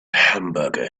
hamburger